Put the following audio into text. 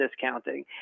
discounting